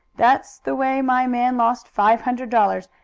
that's the way my man lost five hundred dollars,